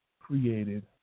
created